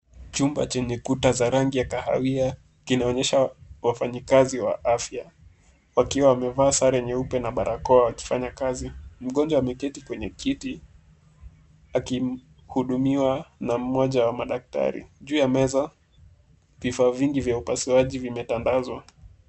Chumba chenye kuta za rangi ya kahawia, kinaonyesha wafanyakazi wa afya. Wakiwa wamevaa sare nyeupe na barakoa wakifanya kazi, mgonjwa ameketi kwenye kiti, akihudumiwa na mmoja wa madaktari. Juu ya meza, vifaa vingi vya upasuaji vimetandazwa.